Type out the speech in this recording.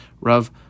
Rav